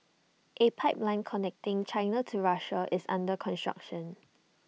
A pipeline connecting China to Russia is under construction